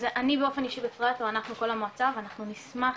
אני באופן אישי בפרט ואנחנו כל המועצה ואנחנו נשמח